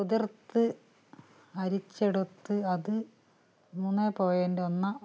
കുതിർത്ത് അരിച്ചെടുത്ത് അത് മൂന്നേ പോയിൻ്റ ഒന്ന്